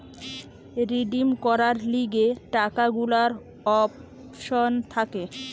redeem করার লিগে টাকা গুলার অপশন থাকে